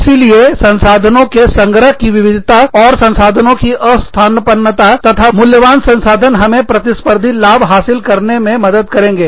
इसीलिए संसाधनों के संग्रह की विविधता तथा संसाधनों की अस्थानापन्नता तथा बहुत मूल्यवान संसाधन हमें प्रतिस्पर्धी लाभ हासिल करने में मदद करेंगे